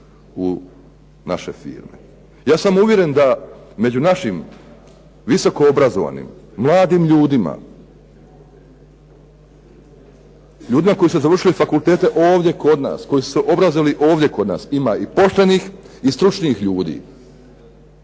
u naše firme. Ja sam uvjeren da među našim visoko obrazovanim mladim ljudima, ljudima koji su završili fakultete ovdje kod nas, koji su se obrazovali kod nas ima i poštenih i stručnih ljudi